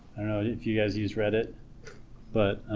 if you guys use reddit but